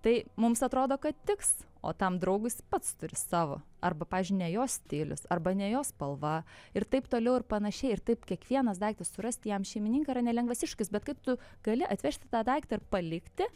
tai mums atrodo kad tiks o tam draugui jis pats turi savo arba pavyzdžiui ne jo stilius arba ne jo spalva ir taip toliau ir panašiai ir taip kiekvienas daiktas surasti jam šeimininką yra nelengvas iššūkis bet kaip tu gali atvežti tą daiktą ir palikti